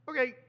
Okay